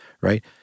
right